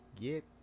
get